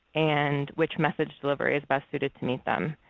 and which message delivery is best suited to meet them.